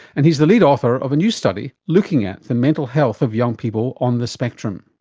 and he is the lead author of a new study looking at the mental health of young people on the spectrum.